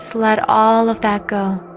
let all of that go